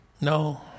No